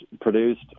produced